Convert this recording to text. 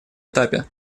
этапе